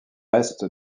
est